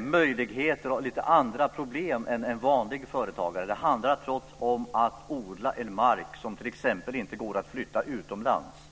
möjligheter och lite andra problem än en vanlig företagare. Det handlar t.ex. om att odla en mark som inte går att flytta utomlands.